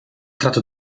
tratto